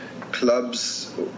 clubs